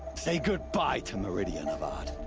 say goodbye to meridian, avad.